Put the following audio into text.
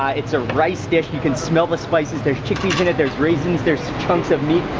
it's a rice dish, you can smell the spices. there's chickpeas in it, there's raisins, there's chunks of meat.